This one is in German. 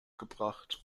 gebracht